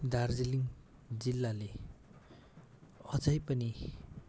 दार्जिलिङ जिल्लाले अझ पनि